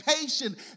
patient